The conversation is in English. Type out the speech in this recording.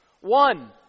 One